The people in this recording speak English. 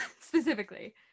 specifically